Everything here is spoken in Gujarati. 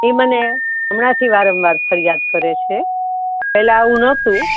એ મને હમણાંથી વારંવાર ફરિયાદ કરે છે પહેલાં આવું નહોતું